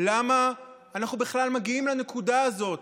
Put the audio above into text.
למה אנחנו בכלל מגיעים לנקודה הזאת?